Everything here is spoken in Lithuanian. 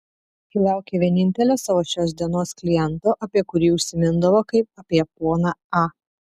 ji laukė vienintelio savo šios dienos kliento apie kurį užsimindavo kaip apie poną a